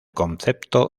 concepto